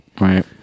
right